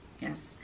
yes